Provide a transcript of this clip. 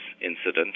incident